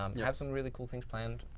um yeah have some really cool things planned